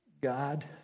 God